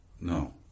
no